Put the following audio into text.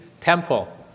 temple